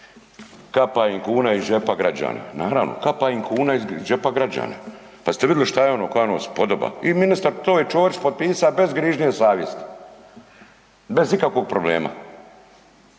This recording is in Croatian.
kapa im kuna iz džepa građana, naravno, kapa im kuna iz džepa građana. Pa ste vidjeli ono, koja je ono spodoba? I ministar to je Ćorić potpisa bez grižnje savjesti, bez ikakvog problema.